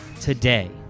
today